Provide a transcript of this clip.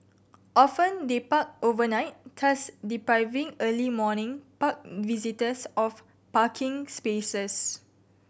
often they park overnight thus depriving early morning park visitors of parking spaces